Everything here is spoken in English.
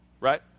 right